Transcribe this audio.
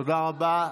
תודה רבה.